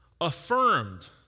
affirmed